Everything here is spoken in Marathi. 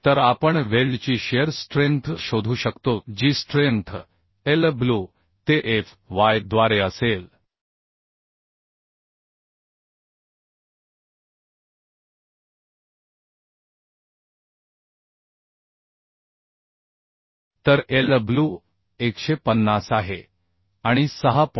तर आपण वेल्डची शिअर स्ट्रेंथ शोधू शकतो जी स्ट्रेंथ Lw te fy द्वारे असेल तर Lw 150 आहे आणि 6